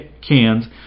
cans